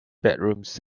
bedrooms